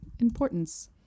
Importance